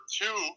two